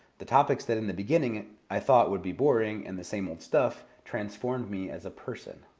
the topics that in the beginning i thought would be boring and the same old stuff transformed me as a person.